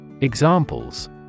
Examples